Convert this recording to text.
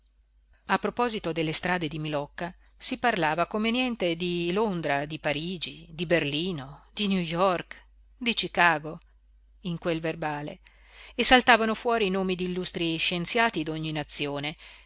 a proposito delle strade di milocca si parlava come niente di londra di parigi di berlino di new york di chicago in quel verbale e saltavan fuori nomi d'illustri scienziati d'ogni nazione